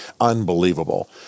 Unbelievable